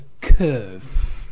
curve